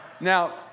Now